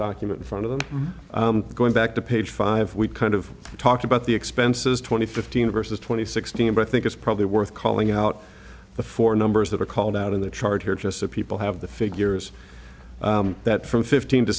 document in front of them going back to page five we've kind of talked about the expenses twenty fifteen versus twenty sixteen but i think it's probably worth calling out the four numbers that are called out in the chart here just so people have the figures that from fifteen to